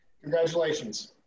Congratulations